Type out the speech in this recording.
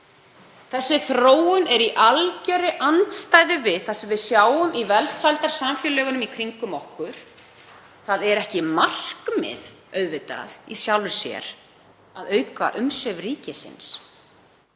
Þessi þróun er í algjörri andstæðu við það sem við sjáum í velsældarsamfélögunum í kringum okkur. Auðvitað er það ekki markmið í sjálfu sér að auka umsvif ríkisins